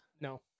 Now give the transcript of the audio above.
No